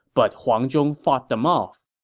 but huang zhong fought them off.